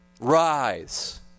Rise